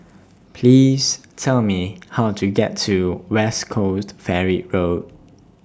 Please Tell Me How to get to West Coast Ferry Road